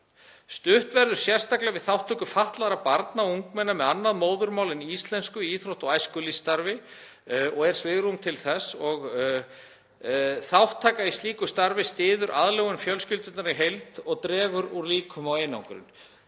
Stutt verður sérstaklega við þátttöku fatlaðra barna og ungmenna með annað móðurmál en íslensku í íþrótta- og æskulýðsstarfi og svigrúm er til þess. Þátttaka í slíku starfi styður aðlögun fjölskyldunnar í heild og dregur úr líkum á einangrun.